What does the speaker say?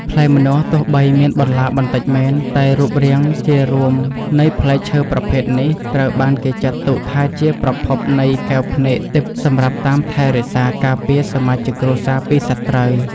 ផ្លែម្នាស់ទោះបីមានបន្លាបន្តិចមែនតែរូបរាងជារួមនៃផ្លែឈើប្រភេទនេះត្រូវបានគេចាត់ទុកថាជាប្រភពនៃកែវភ្នែកទិព្វសម្រាប់តាមថែរក្សាការពារសមាជិកគ្រួសារពីសត្រូវ។